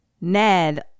Ned